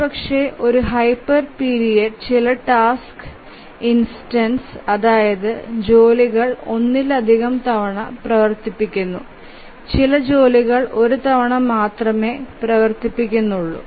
ഒരുപക്ഷേ ഒരു ഹൈപ്പർ പിരീഡിൽ ചില ടാസ്ക് ഇൻസ്റ്റൻസ് അതായത് ജോലികൾ ഒന്നിലധികം തവണ പ്രവർത്തിക്കുന്നു ചില ജോലികൾ ഒരുതവണ മാത്രമേ പ്രവർത്തിക്കുന്നുള്ളൂ